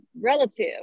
relative